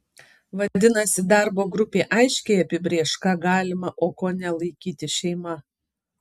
vadinasi darbo grupė aiškiai apibrėš ką galima o ko ne laikyti šeima